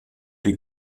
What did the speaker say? die